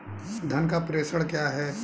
धन का प्रेषण क्या है?